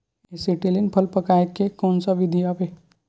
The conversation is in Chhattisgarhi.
एसीटिलीन फल पकाय के कोन सा विधि आवे?